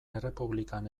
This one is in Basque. errepublikan